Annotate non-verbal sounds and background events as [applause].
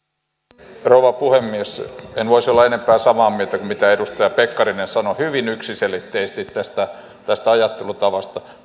arvoisa rouva puhemies en voisi olla enempää samaa mieltä kuin mitä edustaja pekkarinen sanoi hyvin yksiselitteisesti tästä tästä ajattelutavasta [unintelligible]